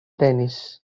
tenis